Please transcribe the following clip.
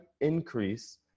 increase